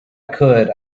could